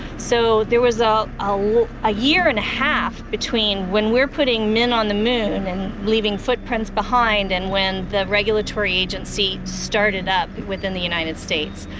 so there was ah a year and a half between when we're putting men on the moon and leaving footprints behind and when the regulatory agency started up within the united states,